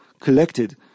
collected